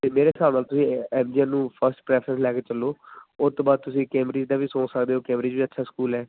ਅਤੇ ਮੇਰੇ ਹਿਸਾਬ ਨਾਲ ਤੁਸੀਂ ਐੱਮ ਜੀ ਐਨ ਨੂੰ ਫਸਟ ਪ੍ਰੈਫਰੈਂਸ ਲੈ ਕੇ ਚੱਲੋ ਉਸ ਤੋਂ ਬਾਅਦ ਤੁਸੀਂ ਕੈਮਰਿਜ ਦਾ ਵੀ ਸੋਚ ਸਕਦੇ ਹੋ ਕੈਮਰਿਜ ਵੀ ਅੱਛਾ ਸਕੂਲ ਹੈ